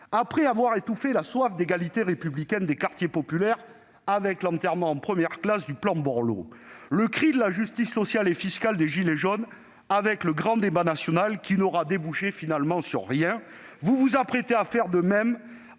Après avoir étouffé la soif d'égalité républicaine des quartiers populaires par l'enterrement en première classe du plan Borloo, le cri de la justice sociale et fiscale des « gilets jaunes » avec le grand débat national, qui n'aura débouché sur rien, ... Oui !... vous vous apprêtez, monsieur le